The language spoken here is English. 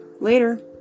Later